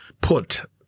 put